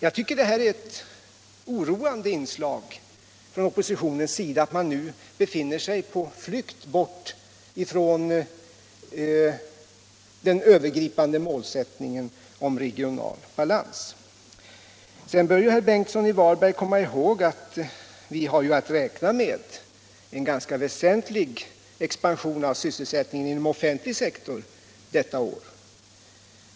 Jag tycker att det är oroande att oppositionen nu befinner sig på flykt bort från den övergripande målsättningen om regional balans. Sedan bör herr Bengtsson komma ihåg att vi har att räkna med en ganska väsentlig expansion av sysselsättningen inom den offentliga sektorn detta år.